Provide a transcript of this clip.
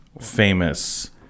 Famous